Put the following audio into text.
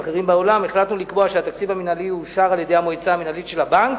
החלטנו לקבוע שהתקציב המינהלי יאושר על-ידי המועצה המינהלית של הבנק,